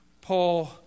Paul